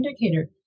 indicator